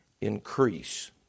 increase